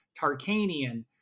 Tarkanian